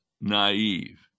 naive